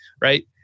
right